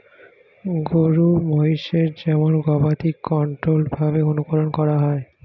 গরু মহিষের যেমন গবাদি কন্ট্রোল্ড ভাবে অনুকরন করা হয়